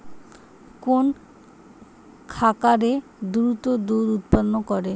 কোন খাকারে দ্রুত দুধ উৎপন্ন করে?